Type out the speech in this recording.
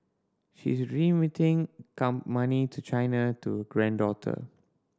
she is remitting come money to China to granddaughter